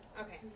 Okay